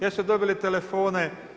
Jesu dobili telefone?